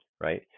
Right